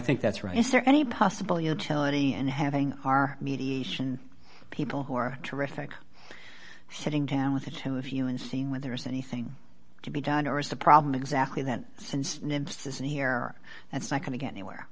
think that's right is there any possible utility and having our mediation people who are terrific sitting down with the till a few and seeing where there is anything to be done or is the problem exactly that and this in here that's not going to get anywhere